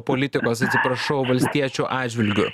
politikos atsiprašau valstiečių atžvilgiu